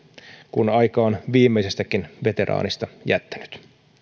kun aika on viimeisestäkin veteraanista jättänyt